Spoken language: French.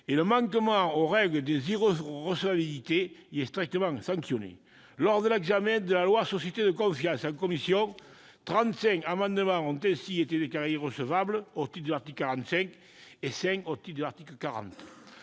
et le manquement aux règles des irrecevabilités y est strictement sanctionné. Lors de l'examen de la loi pour un État au service d'une société de confiance en commission, trente-cinq amendements ont ainsi été déclarés irrecevables au titre de l'article 45 et cinq au titre de l'article 40.